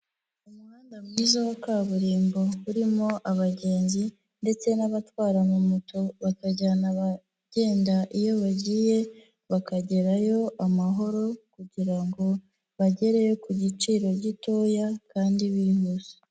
Umuhanda mwiza wa kaburimbo urimo abagenzi ndetse n'abatwara amamoto bakajyana abagenda iyo bagiye, bakagerayo amahoro kugira ngo bagereyo ku giciro gitoya kandi bihuse.